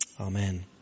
Amen